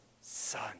son